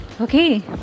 okay